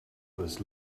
was